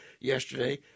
yesterday